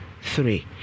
three